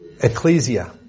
Ecclesia